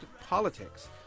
politics